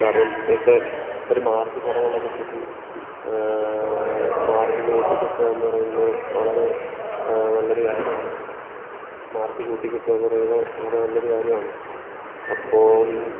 കാരണം ഇപ്പോള് ഇപ്പോഴൊരു മാർക്ക് കുറവുള്ള കുട്ടിക്ക് മാർക്ക് കൂട്ടിക്കിട്ടുകയെന്നു പറയുന്നത് വളരെ നല്ലൊരു കാര്യമാണ് മാർക്ക് കൂട്ടിക്കിട്ടുക എന്നു പറയുന്നത് വളരെ നല്ലൊരു കാര്യമാണ് അപ്പോള്